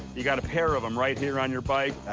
you got a pair of em right here on your bike.